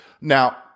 Now